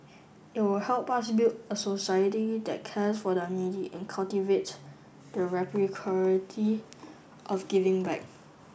it will help us build a society that cares for the needy and cultivate the reciprocity of giving back